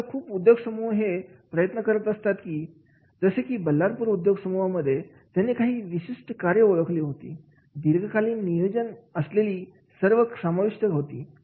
आजकाल खूप उद्योग समूह हे प्रयत्न करत असतात की जसे की बल्लारपूर उद्योग समूहांमध्ये त्यांनी काही विशिष्ट कार्य ओळखली होती दीर्घकालीन नियोजन असलेली कार्य समाविष्ट होती